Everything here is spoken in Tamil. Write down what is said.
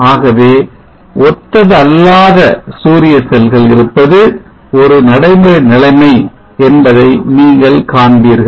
ஆகவே ஒத்ததல்லாத சூரிய செல்கள் இருப்பது ஒரு நடைமுறை நிலைமை என்பதை நீங்கள் காண்பீர்கள்